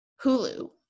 Hulu